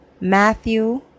Matthew